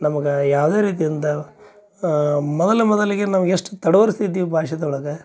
ನಮ್ಗೆ ಯಾವುದೇ ರೀತಿಯಿಂದ ಮೊದಲು ಮೊದಲಿಗೆ ನಾವು ಎಷ್ಟು ತಡವರಿಸ್ತಿದ್ವಿ ಭಾಷೆದೊಳಗೆ